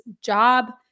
job